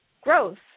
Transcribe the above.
growth